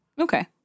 Okay